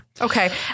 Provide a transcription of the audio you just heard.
Okay